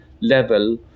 level